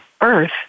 earth